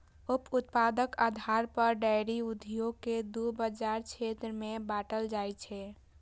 उप उत्पादक आधार पर डेयरी उद्योग कें दू बाजार क्षेत्र मे बांटल जाइ छै